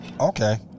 Okay